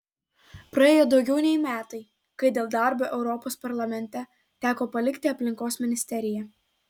praėjo daugiau nei metai kai dėl darbo europos parlamente teko palikti aplinkos ministeriją